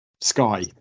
Sky